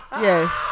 Yes